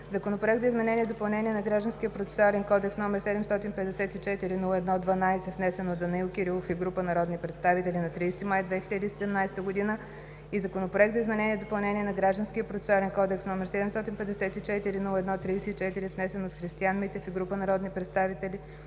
Законопроект за изменение и допълнение на Гражданския процесуален кодекс, № 754-01-12, внесен от Данаил Кирилов и група народни представители на 30 май 2017 г., и Законопроект за изменение и допълнение на Гражданския процесуален кодекс, № 754-01-34, внесен от Христиан Митев и група народни представители